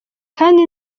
kandi